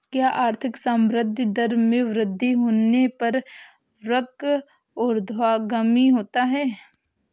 क्या आर्थिक संवृद्धि दर में वृद्धि होने पर वक्र ऊर्ध्वगामी होता है?